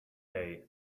day